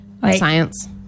science